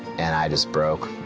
and i just broke.